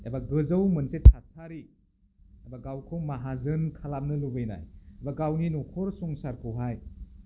एबा गोजौ मोनसे थासारि एबा गावखौ माहाजोन खालामनो लुबैनाय एबा गावनि न'खर संसारखौहाय